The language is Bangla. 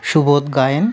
সুবোধ গায়েন